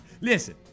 Listen